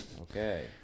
Okay